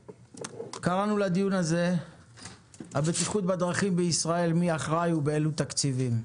קראנו לדיון הזה "הבטיחות בדרכים בישראל מי אחראי ובאילו תקציבים?".